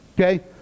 Okay